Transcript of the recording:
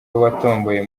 watomboye